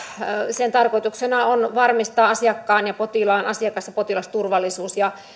sen tarkoituksena on varmistaa asiakkaan ja potilaan asiakas ja potilasturvallisuus ja